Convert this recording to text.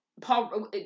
Paul